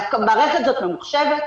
המערכת הזאת ממוחשבת,